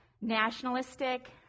nationalistic